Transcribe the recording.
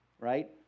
right